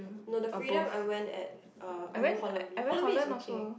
no the Freedom I went at uh I go Holland-V Holland-V is okay